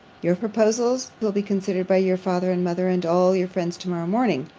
your proposals will be considered by your father and mother, and all your friends, to-morrow morning.